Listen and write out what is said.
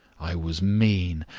i was mean,